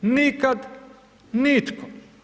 Nikad nitko.